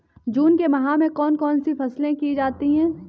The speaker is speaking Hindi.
जून के माह में कौन कौन सी फसलें की जाती हैं?